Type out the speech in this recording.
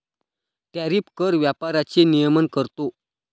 tariff कर व्यापाराचे नियमन करतो